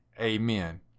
amen